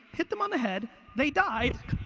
hit them on the head, they died,